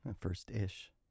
first-ish